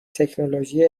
تکنولوژی